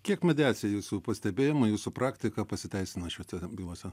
kiek mediacija jūsų pastebėjimu jūsų praktika pasiteisina šiose bylose